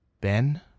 Ben